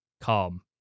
calm